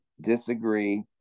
disagree